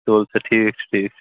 تُل سا ٹھیٖک چھُ ٹھٖیک چھُ